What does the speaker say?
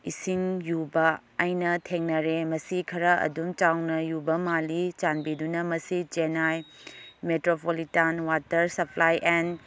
ꯏꯁꯤꯡ ꯌꯨꯕ ꯑꯩꯅ ꯊꯦꯡꯅꯔꯦ ꯃꯁꯤ ꯈꯔ ꯑꯗꯨꯝ ꯆꯥꯎꯅ ꯌꯨꯕ ꯃꯥꯜꯂꯤ ꯆꯥꯟꯕꯤꯗꯨꯅ ꯃꯁꯤ Chennai metropolitan water supply and